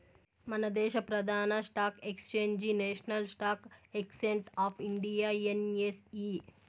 మనదేశ ప్రదాన stock exchange national stock exchange of India NSE